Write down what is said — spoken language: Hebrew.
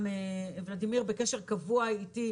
גם ולדימר בקשר קבוע אתי,